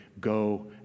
go